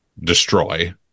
destroy